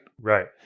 Right